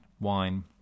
wine